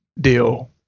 deal